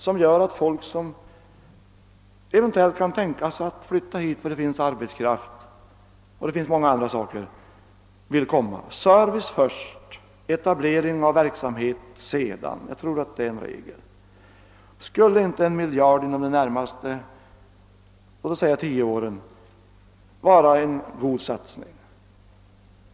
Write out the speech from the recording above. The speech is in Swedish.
Då skulle företag som kan tänka sig att flytta hit därför att här finns arbetskraft och många andra saker kunna göra det. Service först, etablering av verksamhet sedan, tror jag är en regel. Skulle inte en miljard inom de närmaste låt säga tio åren vara en god satsning?